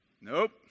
Nope